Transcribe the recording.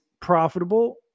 profitable